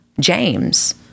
James